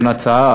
אין הצעה,